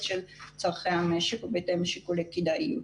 של צורכי המשק בהתאם לשיקולי כדאיות.